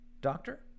doctor